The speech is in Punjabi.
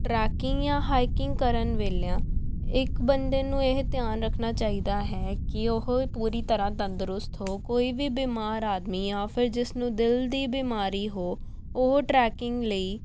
ਟਰੈਕਿੰਗ ਜਾਂ ਹਾਈਕਿੰਗ ਕਰਨ ਵੇਲੇ ਇੱਕ ਬੰਦੇ ਨੂੰ ਇਹ ਧਿਆਨ ਰੱਖਣਾ ਚਾਹੀਦਾ ਹੈ ਕਿ ਉਹ ਪੂਰੀ ਤਰ੍ਹਾ ਤੰਦਰੁਸਤ ਹੋ ਕੋਈ ਵੀ ਬਿਮਾਰ ਆਦਮੀ ਜਾਂ ਫਿਰ ਜਿਸ ਨੂੰ ਦਿਲ ਦੀ ਬਿਮਾਰੀ ਹੋ ਉਹ ਟਰੈਕਿੰਗ ਲਈ